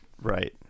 Right